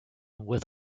with